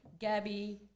Gabby